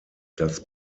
das